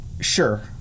sure